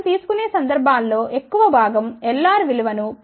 మనం తీసుకొనే సమయాల్లో ఎక్కువ భాగం Lr విలువ ను0